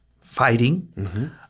fighting